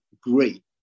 great